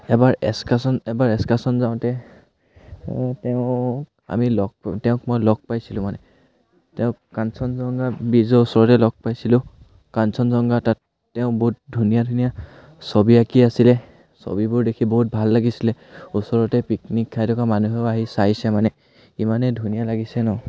এবাৰ এছকাশ্যন এবাৰ এছকাশ্যন যাওঁতে তেওঁক আমি লগ তেওঁক মই লগ পাইছিলোঁ মানে তেওঁক কাঞ্চনজংঘা ব্ৰীজৰ ওচৰতে লগ পাইছিলোঁ কাঞ্চনজংঘা তাত তেওঁ বহুত ধুনীয়া ধুনীয়া ছবি আঁকি আছিলে ছবিবোৰ দেখি বহুত ভাল লাগিছিলে ওচৰতে পিকনিক খাই থকা মানুহেও আহি চাইছে মানে ইমানেই ধুনীয়া লাগিছে ন